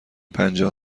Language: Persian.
پنجاه